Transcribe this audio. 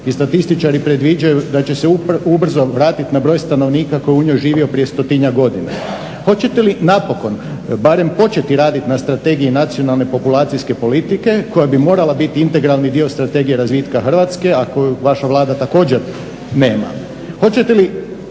I statističari predviđaju da će se ubrzo vratiti na broj stanovnika koji je u njoj živio prije 100-njak godina. Hoćete li napokon barem početi raditi na Strategiji nacionalne populacijske politike koja bi morala biti integralni dio Strategije razvitka Hrvatske, a koju vaša Vlada također nema?